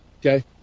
okay